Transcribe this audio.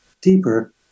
deeper